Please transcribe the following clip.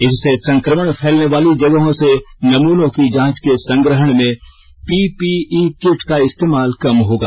इससे संक्रमण फैलने वाली जगहों से नमूनों की जांच के संग्रहण में पी पी ई किट का इस्तेमाल कम होगा